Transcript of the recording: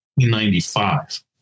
1995